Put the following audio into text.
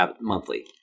Monthly